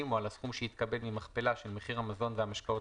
או על הסכום שיתקבל ממכפלה של מחיר המזון והמשקאות